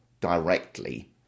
directly